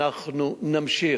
אנחנו נמשיך,